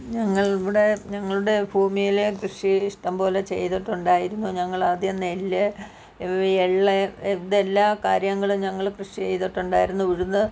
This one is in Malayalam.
ഞങ്ങളിവിടെ ഞങ്ങളുടെ ഫൂമിയിൽ കൃഷി ഇഷ്ടംപോലെ ചെയ്തിട്ടുണ്ടായിരുന്നു ഞങ്ങളാദ്യം നെല്ല് ഇവി എള്ള് ഇതെല്ലാ കാര്യങ്ങളും ഞങ്ങൾ കൃഷി ചെയ്തിട്ടുണ്ടായിരുന്നു ഉഴുന്ന്